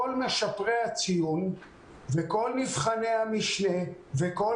כל משפריי הציון וכל מבחני המשנה וכל